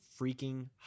freaking